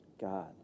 God